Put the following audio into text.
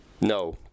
No